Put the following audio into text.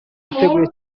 biteguye